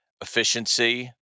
efficiency